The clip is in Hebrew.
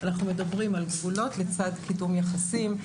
אנחנו מדברים על גבולות לצד קידום יחסים.